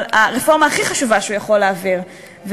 אבל הרפורמה הכי חשובה שהוא יכול להעביר היא